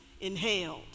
inhaled